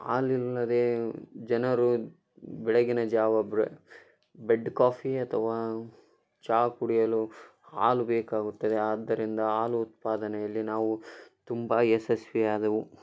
ಆಲಿಲ್ಲದೇ ಜನರು ಬೆಳಗಿನ ಜಾವ ಬ್ರೆ ಬೆಡ್ ಕಾಫಿ ಅಥವಾ ಚಾ ಕುಡಿಯಲು ಹಾಲು ಬೇಕಾಗುತ್ತದೆ ಆದ್ದರಿಂದ ಹಾಲು ಉತ್ಪಾದನೆಯಲ್ಲಿ ನಾವು ತುಂಬಾ ಯಶಸ್ವಿಯಾದೆವು